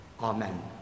Amen